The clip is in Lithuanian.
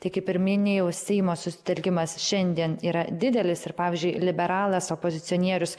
tai kaip ir minėjau seimo susitelkimas šiandien yra didelis ir pavyzdžiui liberalas opozicionierius